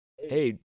Hey